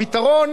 פתרון